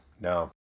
no